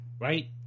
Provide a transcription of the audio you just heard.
Right